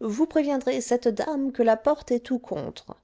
vous préviendrez cette dame que la porte est tout contre